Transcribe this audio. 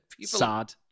Sad